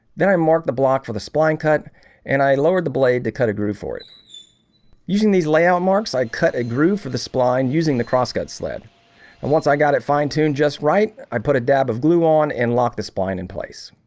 then i mark the block for the spline cut and i lowered the blade to cut a groove for it using these layout marks i cut a groove for the spline using the crosscut sled and once i got it fine-tuned just right. i put a dab of glue on and lock the spline in place